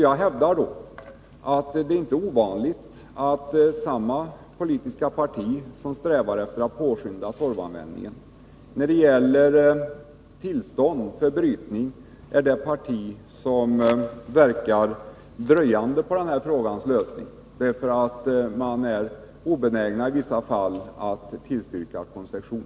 Jag hävdar att det inte är ovanligt att samma politiska parti som strävar efter att påskynda torvanvändningen är det parti som när det gäller tillstånd för brytning verkar fördröjande på den här frågans lösning. Man är i vissa fall obenägen att tillstyrka koncession.